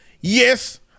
Yes